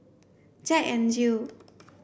Jack N Jill